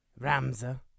Ramza